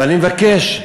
ואני מבקש,